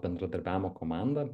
bendradarbiavimo komanda